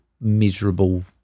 miserable